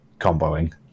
comboing